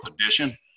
edition